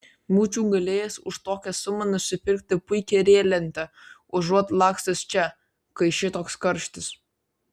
būčiau galėjęs už tokią sumą nusipirkti puikią riedlentę užuot lakstęs čia kai šitoks karštis